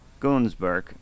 Gunsberg